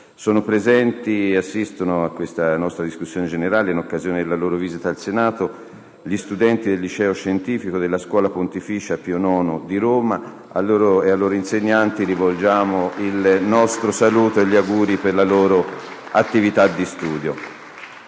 Sono presenti e assistono alla nostra discussione, in occasione della loro visita al Senato, gli studenti del Liceo scientifico della Scuola Pontificia «Pio IX» di Roma. A loro e ai loro insegnanti rivolgiamo il nostro saluto e gli auguri per la loro attività di studio.